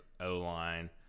O-line